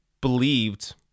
believed